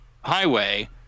highway